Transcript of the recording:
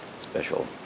special